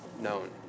known